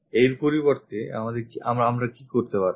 এর পরিবর্তে আমরা কি করতে পারতাম